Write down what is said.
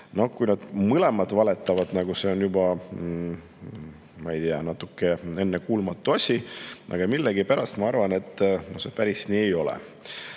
Noh, kui nad mõlemad valetavad, siis see on, ma ei tea, natuke ennekuulmatu asi. Ma millegipärast arvan, et see päris nii ei ole.